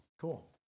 Cool